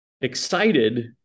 excited